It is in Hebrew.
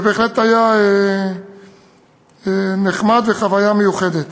זה היה בהחלט נחמד וחוויה מיוחדת.